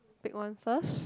pick one first